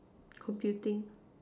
computing